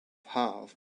have